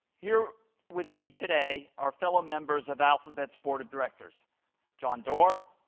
here with me today are fellow members of alphabet's board of directors john doerr,